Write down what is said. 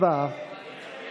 קבוצת סיעת ש"ס,